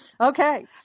Okay